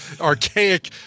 archaic